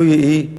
לו יהי,